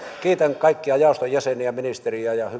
kiitän kaikkia jaoston jäseniä ja ministeriä ja